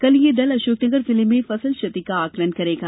कल यह दल अशोकनगर जिले में फसल क्षति का आंकलन करेगा